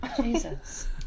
Jesus